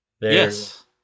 Yes